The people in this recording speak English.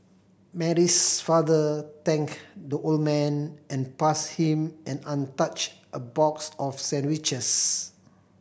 Mary's father thanked the old man and passed him an untouched a box of sandwiches